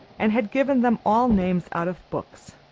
and had given them all names out of books.